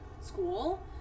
school